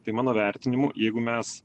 tai mano vertinimu jeigu mes